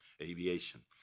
aviation